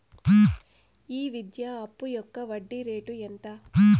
ఈ విద్యా అప్పు యొక్క వడ్డీ రేటు ఎంత?